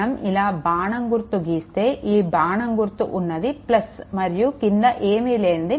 మనం ఇలా బాణం గుర్తు గీస్తే ఈ బాణం గుర్తు ఉన్నది మరియు క్రింద ఏమి లేనిది